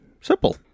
Simple